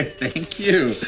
thank you!